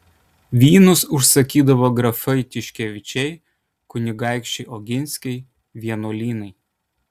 vynus užsakydavo grafai tiškevičiai kunigaikščiai oginskiai vienuolynai